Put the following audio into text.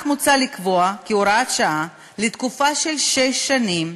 מוצע לקבוע כהוראת שעה, לתקופה של שש שנים,